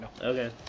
Okay